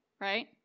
right